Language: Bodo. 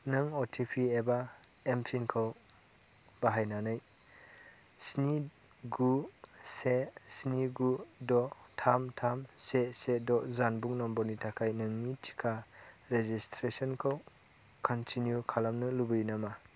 नों अ टि पि एबा एमपिनखौ बाहायनानै स्नि गु से स्नि गु द' थाम थाम से से द' जानबुं नम्बरनि थाखाय नोंनि टिका रेजिसट्रेसनखौ कन्टिनिउ खालामनो लुबैयो नामा